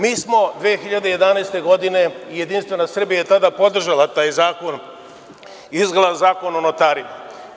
Mi smo 2011. godine, Jedinstvena Srbija je tada podržala taj zakon, izmene Zakona o notarima.